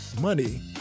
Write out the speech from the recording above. money